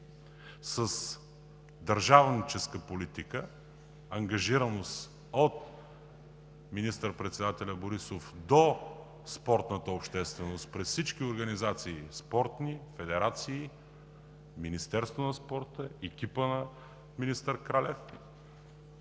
с държавническа политика, ангажираност от министър-председателя Борисов до спортната общественост през всички спортни организации, федерации, Министерството за младежта и спорта, екипът на министър Кралев